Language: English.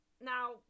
now